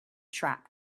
trap